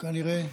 כנראה.